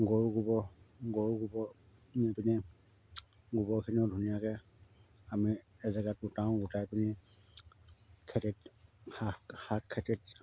গৰু গোবৰ গৰু গোবৰ নি পিনে গোবৰখিনিও ধুনীয়াকৈ আমি এজেগাত গোটাও গোটাই পিনি খেতিত শাক শাক খেতিত